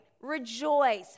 rejoice